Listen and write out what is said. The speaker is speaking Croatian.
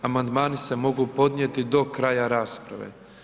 Amandmani se mogu podnijeti do kraja rasprave.